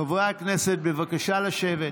חברי הכנסת, בבקשה לשבת.